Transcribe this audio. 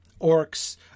orcs